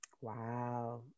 Wow